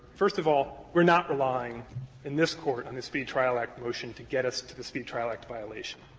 first of all, we're not relying in this court on the speedy trial act motion to get us to the speedy trial act violation.